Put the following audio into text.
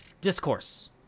Discourse